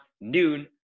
noon